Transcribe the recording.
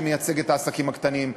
שמייצג את העסקים הקטנים,